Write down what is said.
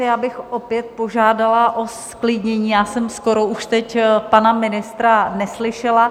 Já bych opět požádala o zklidnění, já jsem skoro už teď pana ministra neslyšela.